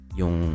yung